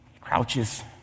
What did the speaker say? Crouches